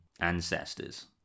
Ancestors